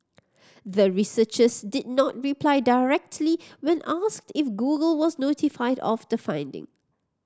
the researchers did not reply directly when asked if Google was notified of the finding